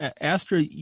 Astra